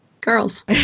Girls